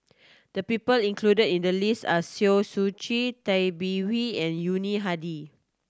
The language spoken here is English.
the people included in the list are Siow Chin Tay Bin Wee and Yuni Hadi